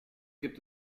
gibt